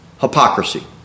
hypocrisy